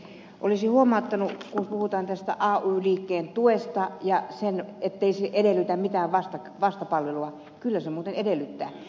olisin huomauttanut että kun puhutaan ay liikkeen tuesta ja siitä ettei se edellytä mitään vastapalvelua kyllä se muuten edellyttää